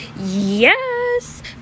Yes